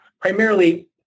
primarily